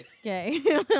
Okay